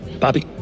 Bobby